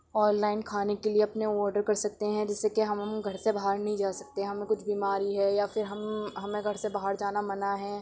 on line کھانے کے لئے اپنے آرڈر کرسکتے ہیں جیسے کہ ہم گھر سے باہر نہیں جا سکتے ہمیں کچھ بیماری ہے یا پھر ہم ہمیں گھر سے باہر جانا منع ہے